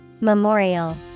Memorial